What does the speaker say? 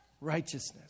righteousness